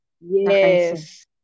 Yes